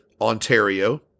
Ontario